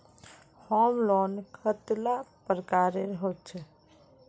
Home loan कतेला प्रकारेर होचे?